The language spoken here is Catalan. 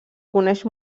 coneix